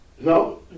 No